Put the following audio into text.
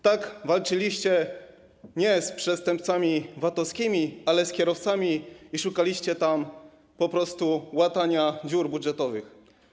Tak walczyliście nie z przestępcami VAT-owskimi, ale z kierowcami i szukaliście sposobów łatania dziur budżetowych.